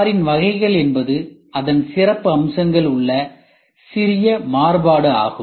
காரின் வகைகள் என்பது அதன் சிறப்பம்சங்கள் உள்ள சிறிய மாறுபாடு ஆகும்